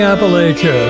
Appalachia